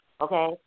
okay